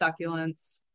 succulents